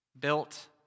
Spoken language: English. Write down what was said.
built